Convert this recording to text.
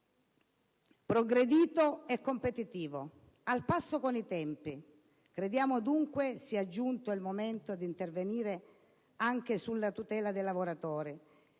progredito e competitivo, al passo con i tempi. Crediamo, dunque, sia giunto il momento di intervenire anche sulle tutele dei lavoratori,